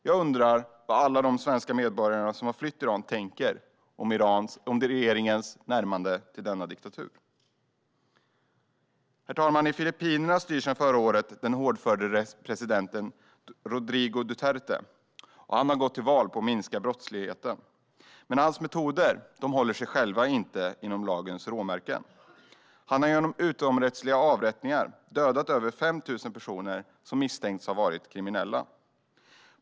Jag undrar vad alla de svenska medborgare som har flytt från Iran tänker om regeringens närmanden till denna diktatur. Herr talman! I Filippinerna styr sedan förra året den hårdföre presidenten Rodrigo Duterte. Han har gått till val på att minska brottsligheten, men hans metoder håller sig inte inom lagens råmärken. Genom utomrättsliga avrättningar har han dödat över 5 000 personer som misstänkts vara kriminella.